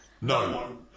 No